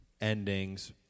endings